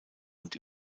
und